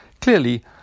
Clearly